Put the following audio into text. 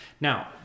now